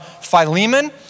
Philemon